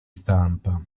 stampa